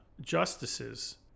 justices